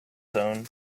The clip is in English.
tone